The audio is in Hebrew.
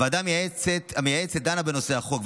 הוועדה המייעצת דנה בנושא החוק,